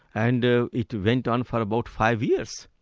and it went on for about five years.